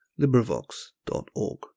LibriVox.org